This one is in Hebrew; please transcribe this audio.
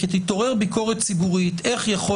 כי תתעורר ביקורת ציבורית איך יכול